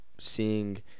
seeing